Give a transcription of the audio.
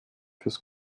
fürs